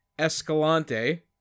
Escalante